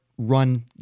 run